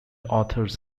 authors